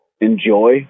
enjoy